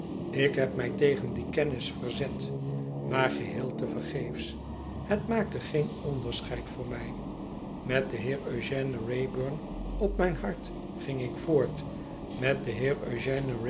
ik heb mij tegen die kennis verzet maar geheel te vergeefs het maakte geen onderscheid voor mij met den heer eugène wraybum op mijn hart ging ik voort met den heer